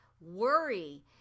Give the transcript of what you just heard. worry